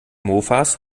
mofas